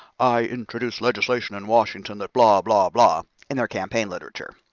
i introduced legislation in washington that blah, blah, blah. in their campaign literature.